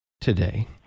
today